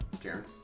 Karen